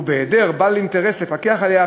ובהיעדר בעל אינטרס לפקח עליה,